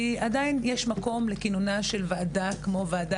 כי עדיין יש מקום לכינונה של ועדה כמו הוועדה